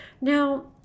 Now